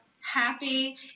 happy